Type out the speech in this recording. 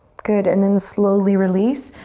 good, and then slowly release.